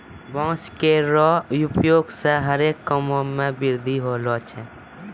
बांस केरो उपयोग सें हरे काम मे वृद्धि होलो छै